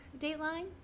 Dateline